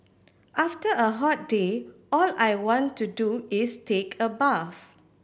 after a hot day all I want to do is take a bath